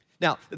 Now